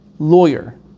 Lawyer